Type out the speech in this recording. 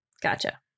gotcha